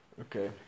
Okay